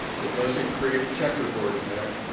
it doesn't create a checkerboard effect.